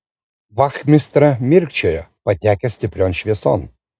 vachmistra mirkčiojo patekęs stiprion švieson